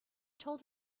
told